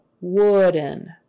wooden